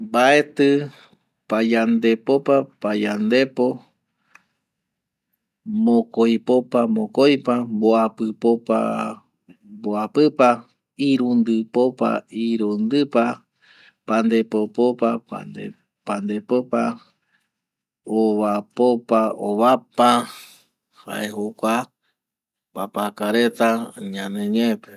Mbaeti payandepopa payandepo mokoipopa mokoipa, mbuapi popa mbuapipa, irundipopa irundipa, pandepopopa pandepopa, ovapopa ovapa, jae jokua papaka reta yande ñe pe.